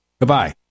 goodbye